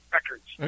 Records